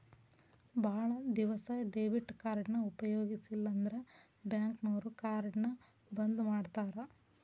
ಭಾಳ್ ದಿವಸ ಡೆಬಿಟ್ ಕಾರ್ಡ್ನ ಉಪಯೋಗಿಸಿಲ್ಲಂದ್ರ ಬ್ಯಾಂಕ್ನೋರು ಕಾರ್ಡ್ನ ಬಂದ್ ಮಾಡ್ತಾರಾ